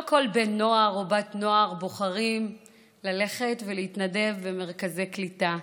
לא כל בן נוער או בת נוער בוחרים ללכת ולהתנדב במרכזי קליטה.